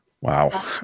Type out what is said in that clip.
Wow